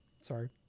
sorry